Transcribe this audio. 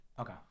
Okay